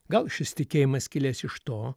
gal šis tikėjimas kilęs iš to